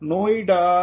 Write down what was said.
Noida